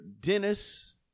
Dennis